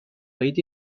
باید